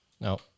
No